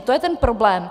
To je ten problém.